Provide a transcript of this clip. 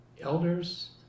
elders